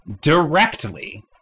Directly